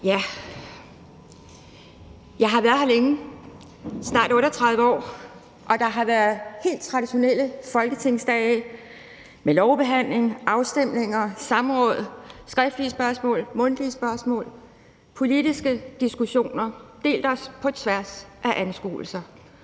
Ja, jeg har været her længe, i snart 38 år, og der har været helt traditionelle folketingsdage med lovbehandlinger, afstemninger, samråd, skriftlige spørgsmål, mundtlige spørgsmål, politiske diskussioner, og vi har delt os på tværs af anskuelser.